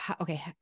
okay